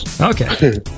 Okay